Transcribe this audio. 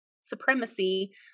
supremacy